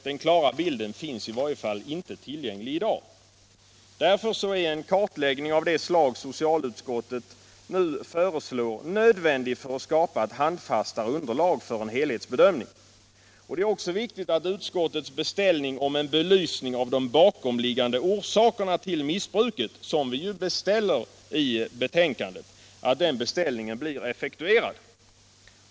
Den klara bilden finns i varje fall inte tillgänglig i dag. Därför är en kartläggning av det slag som socialutskottet nu föreslår nödvändig för att skapa ett handfastare underlag för en helhetsbedömning. Det är också viktigt att utskottets beställning i betänkandet av ”en belysning av de bakomliggande orsakerna till missbruket” blir effektuerad.